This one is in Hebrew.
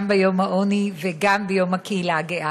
גם ביום המאבק בעוני וגם ביום הקהילה הגאה.